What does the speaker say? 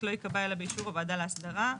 לא ייקבע אלא באישור הוועדה להסדרה.